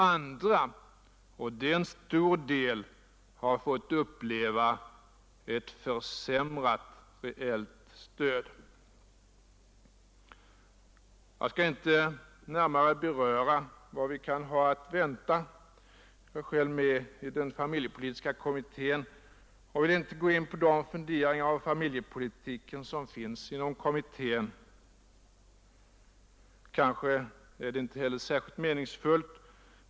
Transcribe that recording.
Andra — och det är ett stort antal barnfamiljer — har fått ett försämrat reellt stöd. Jag skall inte närmare beröra vad vi kan ha att vänta på området — jag är själv med i den familjepolitiska kommittén och vill inte gå in på de funderingar som finns inom kommittén; kanske är det inte heller meningsfullt att göra det.